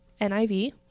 NIV